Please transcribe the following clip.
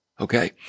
Okay